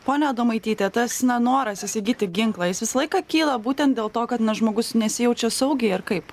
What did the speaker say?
pone adomaityte tas noras įsigyti ginklą jis visą laiką kyla būtent dėl to kad na žmogus nesijaučia saugiai ar kaip